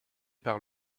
par